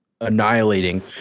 annihilating